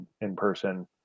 in-person